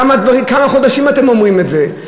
כמה חודשים אתם אומרים את זה?